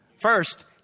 First